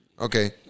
Okay